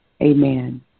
Amen